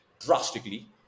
drastically